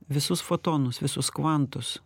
visus fotonus visus kvantus